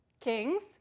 Kings